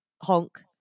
honk